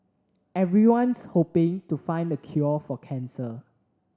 everyone's hoping to find a cure for cancer